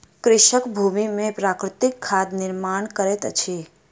कृषक भूमि में प्राकृतिक खादक निर्माण करैत अछि